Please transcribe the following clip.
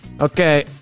Okay